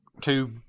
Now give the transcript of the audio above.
two